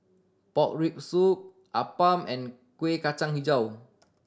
pork rib soup appam and Kueh Kacang Hijau